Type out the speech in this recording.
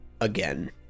again